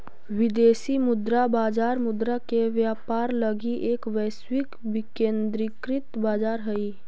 विदेशी मुद्रा बाजार मुद्रा के व्यापार लगी एक वैश्विक विकेंद्रीकृत बाजार हइ